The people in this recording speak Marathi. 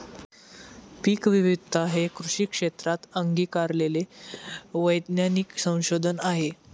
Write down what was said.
पीकविविधता हे कृषी क्षेत्रात अंगीकारलेले वैज्ञानिक संशोधन आहे